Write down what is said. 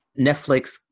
Netflix